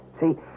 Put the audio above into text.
See